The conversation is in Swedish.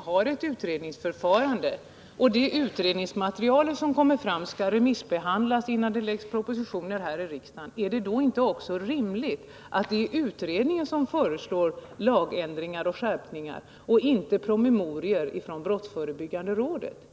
har ett utredningsförfarande och det utredningsmaterial som läggs fram skall remissbehandlas innan det läggs fram propositioner i riksdagen, är det då inte också rimligt att det är utredningen som föreslår lagändringar och lagskärpningar och inte brottsförebyggande rådet i promemorior?